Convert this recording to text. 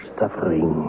suffering